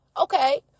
okay